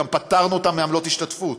וגם פטרנו אותם מעמלות השתתפות,